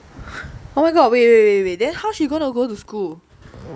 oh my god wait wait wait then how she gonna go to school